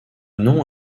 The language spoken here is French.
nom